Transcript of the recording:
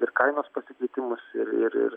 ir kainos pasikeitimus ir ir ir